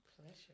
Pleasure